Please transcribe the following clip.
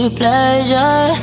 pleasure